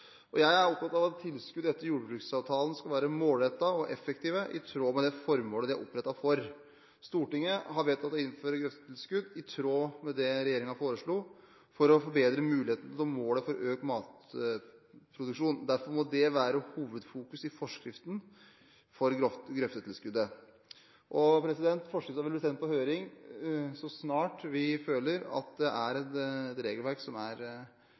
Jeg er opptatt av at tilskudd etter jordbruksavtalen skal være målrettede og effektive i tråd med det formålet de er opprettet for. Stortinget har vedtatt å innføre grøftetilskudd i tråd med det regjeringen foreslo for å forbedre muligheten til å nå målet om økt matproduksjon. Derfor må det være hovedfokus i forskriften for grøftetilskuddet. Forskriften vil bli sendt på høring så snart vi føler at det er et regelverk som ikke er